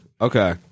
okay